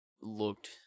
looked